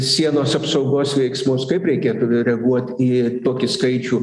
sienos apsaugos veiksmus kaip reikėtų reaguot į tokį skaičių